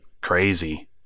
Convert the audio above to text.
crazy